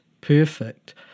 perfect